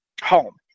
home